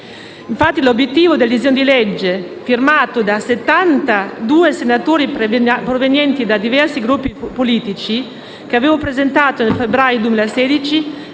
danteschi. L'obiettivo del disegno di legge, firmato da settantadue senatori provenienti da diversi Gruppi politici, che avevo presentato nel febbraio 2016